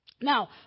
Now